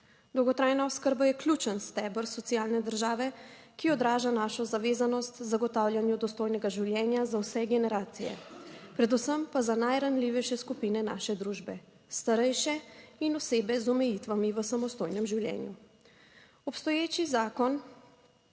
Dolgotrajna oskrba je ključen steber socialne države, ki odraža našo zavezanost k zagotavljanju dostojnega življenja za vse generacije, predvsem pa za najranljivejše skupine naše družbe, starejše in osebe z omejitvami v samostojnem življenju. Obstoječi zakon